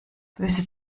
böse